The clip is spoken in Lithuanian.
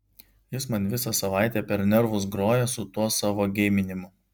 jis man visą savaitę per nervus groja su tuo savo geiminimu